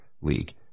league